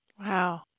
Wow